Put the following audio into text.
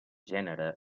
gènere